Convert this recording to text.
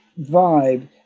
vibe